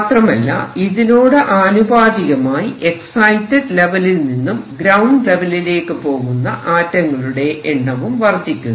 മാത്രാമല്ല ഇതിനോട് ആനുപാതികമായി എക്സൈറ്റഡ് ലെവലിൽ നിന്നും ഗ്രൌണ്ട് ലെവലിലേക്ക് പോകുന്ന ആറ്റങ്ങളുടെ എണ്ണവും വർദ്ധിക്കുന്നു